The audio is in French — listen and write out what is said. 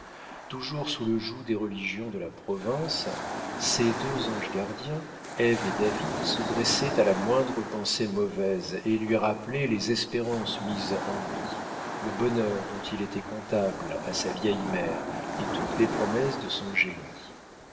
toujours sous le joug des religions de la province ses deux anges gardiens ève et david se dressaient à la moindre pensée mauvaise et lui rappelaient les espérances mises en lui le bonheur dont il était comptable à sa vieille mère et toutes les promesses de son génie